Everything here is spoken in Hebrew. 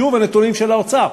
שוב, הנתונים של האוצר: